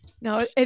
No